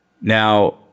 Now